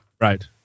Right